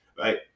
Right